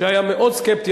שהיה מאוד סקפטי,